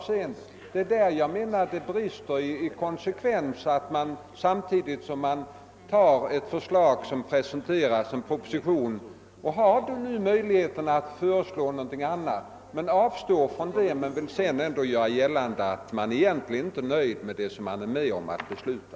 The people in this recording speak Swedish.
Det brister i konsekvensen när man samtidigt som man accepterar ett förslag som presenteras i en proposition och avstår från att föreslå någonting annat ändå vill göra gällande att man inte är nöjd med det som man har varit med om att besluta.